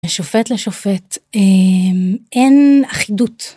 לשופט לשופט... אין אחידות.